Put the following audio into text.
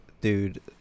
dude